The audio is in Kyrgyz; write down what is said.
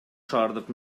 шаардык